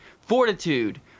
fortitude